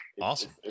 Awesome